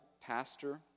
pastor